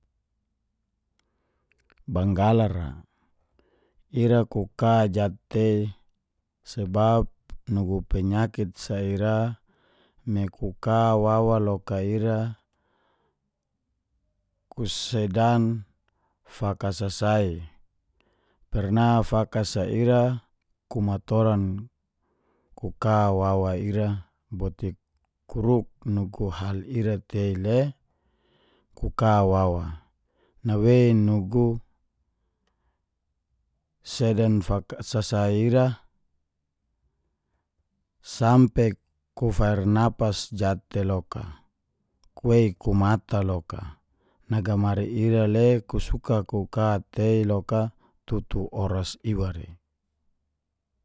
Banggala ra, ira ku ka jatei sebab nugu penyakit sa ira me ku ka wawa loka ira kusedan fakasasai. Pernah fakasa ira, ku matoran ku ka wawa ira bot ku ruk nugu hal ira tei le ku ka wawa. Nawei nugu sedan fakasa sai ira sampe ku farnapas jatei loka, kuwei ku mata loka. Nagamari ira le kusuka ku ka nagamari ira le kusuka ku ka tei loka tutu oras iwa re.